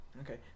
Okay